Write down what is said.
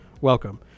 welcome